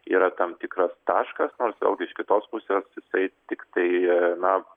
yra tam tikras taškas nors vėlgi iš kitos pusės jisai tiktai na